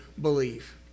believe